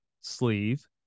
sleeve